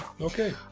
okay